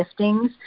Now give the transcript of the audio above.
giftings